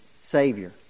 Savior